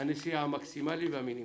הנסיעה המינימלי והמקסימלי.